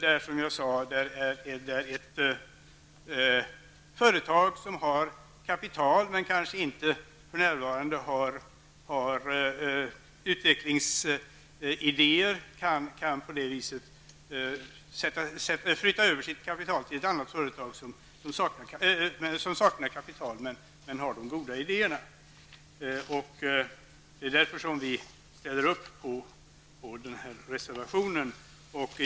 Ett företag som har kapital men kanske inte för närvarande har utvecklingsidéer kan på det viset flytta över sitt kapital till ett annat företag, som saknar kapital men har de goda idéerna. Det är därför vi ställer upp på den här reservationen.